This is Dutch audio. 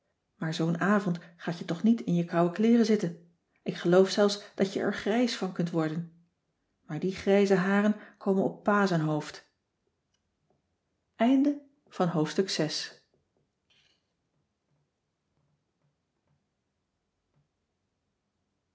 maar zoo'n avond gaat je toch niet in je kouwe kleeren zitten ik geloof zelfs dat je er grijs van kunt worden maar die grijze haren komen op pa z'n hoofd cissy van